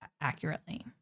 accurately